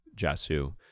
Jasu